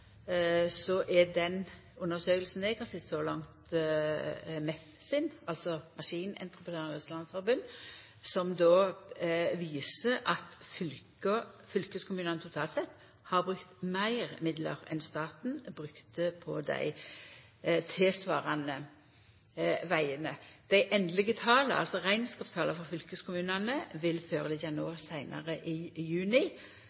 er den undersøkinga eg har sett så langt, frå MEF – altså Maskinentreprenørenes Forbund – som viser at fylkeskommunane totalt sett har brukt meir midlar enn staten brukte på dei tilsvarande vegane. Det endelege talet – altså rekneskapstala for fylkeskommunane – vil liggja føre seinare i juni,